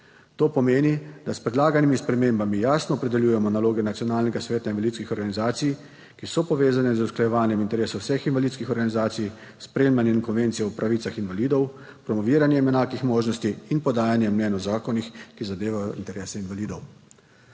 To pomeni, da s predlaganimi spremembami jasno opredeljujemo naloge Nacionalnega sveta invalidskih organizacij, ki so povezane z usklajevanjem interesov vseh invalidskih organizacij, s sprejemanjem konvencije o pravicah invalidov promoviranje enakih možnosti in podajanje mnenj o zakonih, ki zadevajo interese invalidov.